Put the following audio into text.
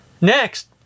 Next